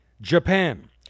Japan